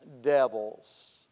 devils